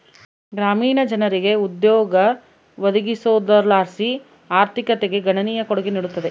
ಗ್ರಾಮೀಣ ಜನರಿಗೆ ಉದ್ಯೋಗ ಒದಗಿಸೋದರ್ಲಾಸಿ ಆರ್ಥಿಕತೆಗೆ ಗಣನೀಯ ಕೊಡುಗೆ ನೀಡುತ್ತದೆ